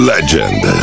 Legend